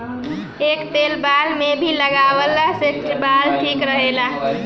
एकर तेल बाल में भी लगवला से बाल ठीक रहेला